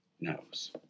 knows